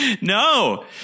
No